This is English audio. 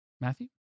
Matthew